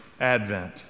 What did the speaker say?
Advent